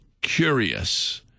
curious